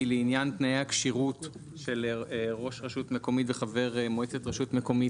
היא לעניין תנאי הכשירות של ראש רשות מקומית וחבר מועצת רשות מקומית,